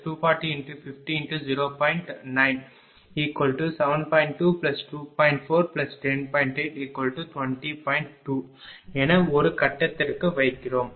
4 kW per phaseஎன ஒரு கட்டத்திற்கு வைக்கிறோம்